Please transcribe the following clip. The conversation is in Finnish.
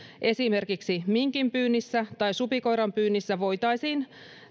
esimerkiksi minkin pyynnissä tai supikoiran pyynnissä voitaisiin